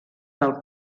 del